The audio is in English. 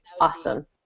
awesome